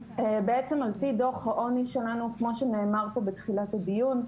על-פי דוח העוני שלנו, כמו שנאמר פה בתחילת הדיון,